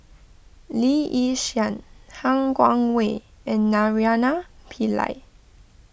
Lee Yi Shyan Han Guangwei and Naraina Pillai